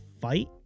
fight